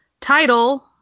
title